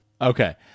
Okay